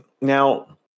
Now